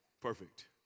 Perfect